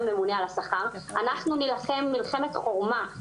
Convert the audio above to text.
על השולחן